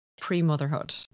pre-motherhood